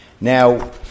Now